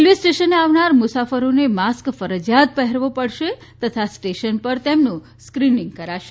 railway સ્ટેશને આવનાર મુસાફરોને માસ્ક ફરજીયાત પહેરવો પડેશે તથા સ્ટેશન ઉપર તેમનું સ્કિનિંગ કરાશે